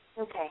Okay